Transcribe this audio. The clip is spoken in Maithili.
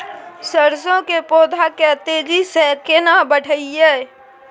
सरसो के पौधा के तेजी से केना बढईये?